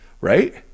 Right